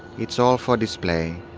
it's all for display,